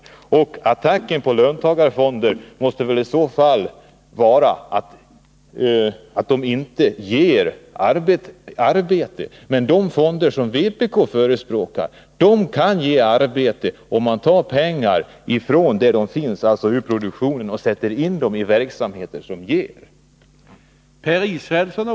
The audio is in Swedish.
Attacken mot förslagen om löntagarfonder måste såvitt jag förstår gå ut på att dessa fonder inte ger arbete. Men de fonder som vpk förespråkar kan ge arbete om man tar pengar där de finns — alltså ur produktionen — och sätter in i verksamheter som ger arbetstillfällen.